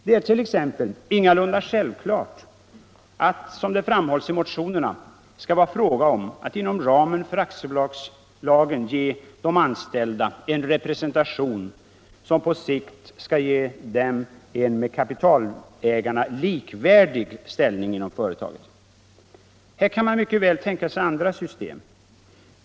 Det är t.ex. ingalunda självklart att det, som det framhålls i motionerna, skall vara fråga om att inom aktiebolagsramen ge de anställda en representation, som på sikt skall ge dem en med kapitalägarna likvärdig ställning inom företaget. Här kan man mycket väl tänka sig andra system.